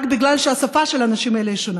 רק בגלל שהשפה של האנשים האלה היא שונה,